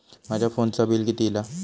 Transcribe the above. माझ्या फोनचा बिल किती इला?